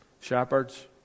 shepherds